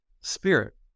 spirit